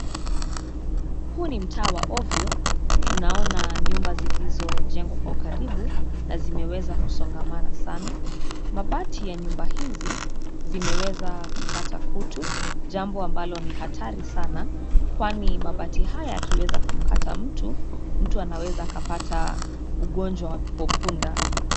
Huu ni mtaa wa ovyo, tunaona nyumba zilizojengwa kwa ukaribu, na zimeweza kusongamana sana, mabati ya nyumba hizi, zimeweza kupata kutu, jambo ambalo ni hatari sana, kwani mabati haya yakiweza kumkata mtu, mtu anaweza kapata, ugonjwa wa pepopunda.